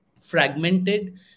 fragmented